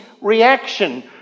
reaction